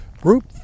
group